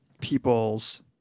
people's